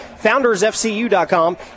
foundersfcu.com